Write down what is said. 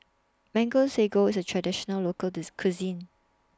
Mango Sago IS A Traditional Local Cuisine